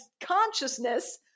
consciousness